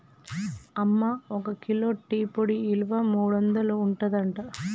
అమ్మ ఒక kilo tea పొడి ఇలువ మూడొందలు ఉంటదట